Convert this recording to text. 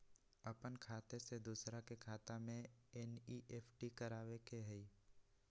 अपन खाते से दूसरा के खाता में एन.ई.एफ.टी करवावे के हई?